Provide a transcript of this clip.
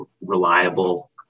reliable